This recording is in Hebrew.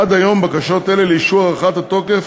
עד היום, בקשות אלה לאישור הארכת התוקף